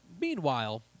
meanwhile